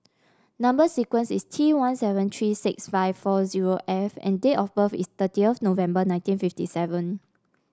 number sequence is T one seven three six five four zero F and date of birth is thirtieth November nineteen fifty seven